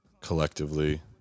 collectively